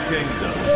Kingdom